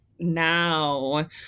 now